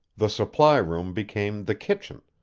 the supply room became the kitchen,